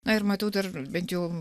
na ir matau dar bent jau